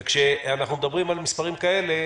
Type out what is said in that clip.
כשאנחנו מדברים על מספרים כאלה,